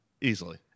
Easily